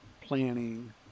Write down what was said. planning